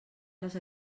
les